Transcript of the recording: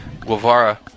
Guevara